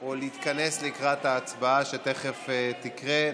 או להתכנס לקראת ההצבעה שתכף תקרה.